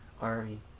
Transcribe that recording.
army